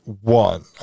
one